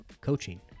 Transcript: coaching